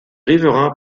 riverains